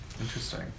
Interesting